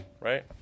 right